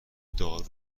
دارو